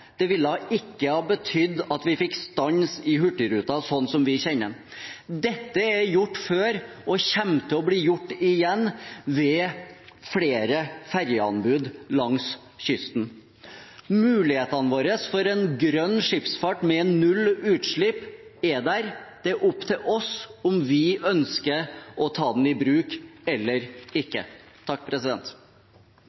Det ville ikke ha betydd at vi fikk stans i hurtigruta slik som vi kjenner den. Dette er gjort før og kommer til å bli gjort igjen ved flere fergeanbud langs kysten. Mulighetene våre for en grønn skipsfart med null utslipp er der. Det er opp til oss om vi ønsker å ta dem i bruk eller